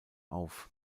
auf